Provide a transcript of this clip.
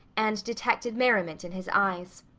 and detected merriment in his eyes.